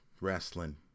wrestling